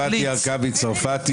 חברת הכנסת מטי הרכבי צרפתי,